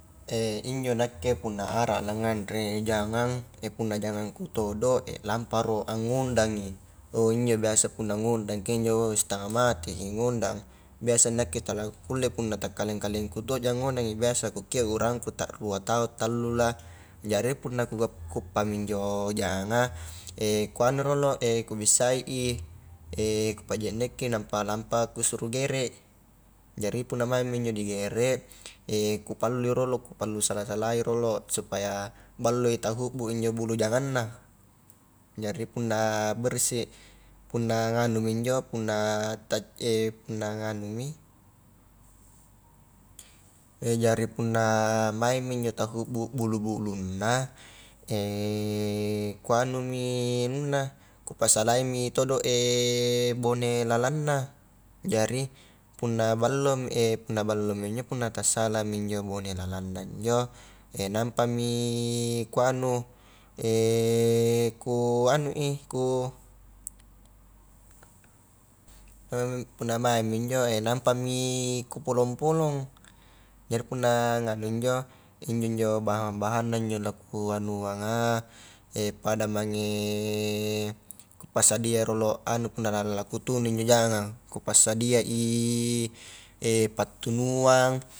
injo nakke punna ara a langanre jangang, punna jangangku todo lampa a ro angondangi, injo biasa punna ngondangki injo stangnga mati i ngondang, biasa nakke tala kukulle punna ta kaleng-kalengku to ja ngondangi, biasa ku kio urangku ta rua tau tallu lah, jari punna ku uppami injo jaganga, kuanu rolo ku bissai i, ku pa je'nekki nampa lampa kusuru gere, jari punna maingmi injo digere, kupallui rolo kupallu sala-salai rolo supaya balloi tahubbu injo bulu janganna, jari punna bersih, punna nganumi injo punna ta punna nganumi, jari punna maingmi injo tahubbu bulu-bulunna kuanumi anunna, kupasalai mi todo bone lalangna jari, punna ballomi punna ballomi injo, punna tassalami injo bone lalangna injo nampami kuanu, ku anui ku, punna maingmi injo, nampami ku polong-polong, jari punna nganu injo, injo-njo bahan-bahanna injo la kuanuanga pada mange, kupasadiai rolo anu punna na la kutunui injo jangang a kupassadiai pattunuang.